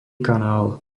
kanál